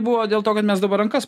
buvo dėl to kad mes dabar rankas